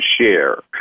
share